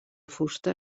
fusta